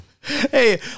Hey